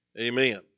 Amen